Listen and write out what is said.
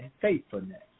faithfulness